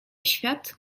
świat